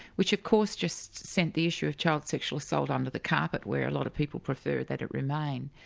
which of course just sent the issue of child sexual assault under the carpet, where a lot of people prefer that it remain.